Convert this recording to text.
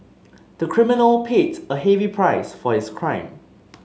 the criminal paid a heavy price for his crime